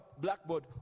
blackboard